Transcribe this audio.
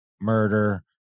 murder